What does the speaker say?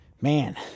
Man